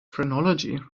phrenology